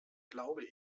glaube